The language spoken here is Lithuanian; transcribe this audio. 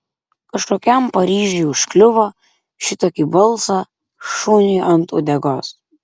kažkokiam paryžiui užkliuvo šitokį balsą šuniui ant uodegos